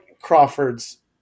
Crawford's